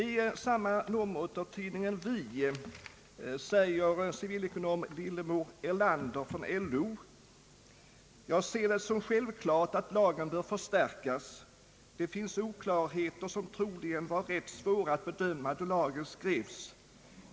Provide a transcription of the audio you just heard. I samma nummer av tidningen Vi säger civilekonom Lillemor Erlander från LO: »Jag ser det som självklart, att lagen bör förstärkas. Det finns oklarheter, som troligen var rätt svåra att bedöma då lagen skrevs.